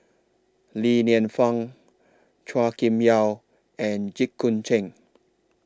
Li Lienfung Chua Kim Yeow and Jit Koon Ch'ng